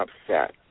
upset